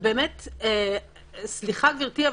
סליחה גברתי,